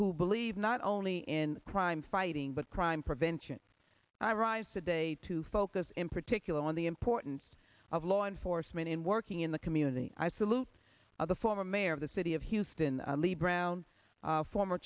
who believe not only in crime fighting but crime prevention i rise today to focus in particular on the importance of law enforcement in working in the community i salute of the former mayor of the city of houston lee brown former